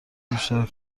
بیشتر